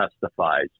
testifies